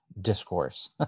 discourse